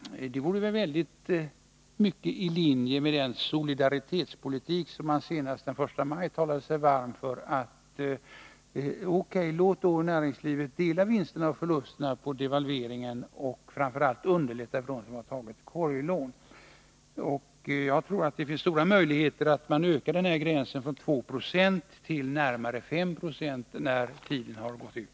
Det vore i linje med den solidaritetspolitik som man senast den 1 maj talade sig varm för att säga: O.K., låt då näringslivet dela vinsterna och förlusterna, som uppstod till följd av devalveringen, och låt oss framför allt underlätta för dem som tagit korglån. Jag tror att det finns stora förutsättningar för att öka gränsen från 2 Fe till 5 20 när tiden har gått ut.